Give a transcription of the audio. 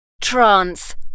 Trance